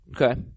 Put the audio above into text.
Okay